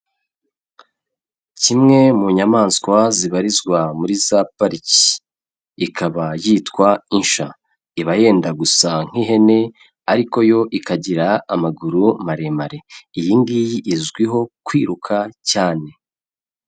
Kimwe mu nyamaswa zibarizwa muri za pariki, ikaba yitwa insha, iba yenda gusa nk'ihene ariko yo ikagira amaguru maremare, iyi ngiyi izwiho kwiruka cyane.